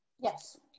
yes